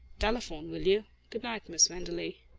telephone, will you? good night, miss wenderley.